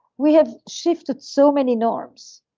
we have shifted so many norms.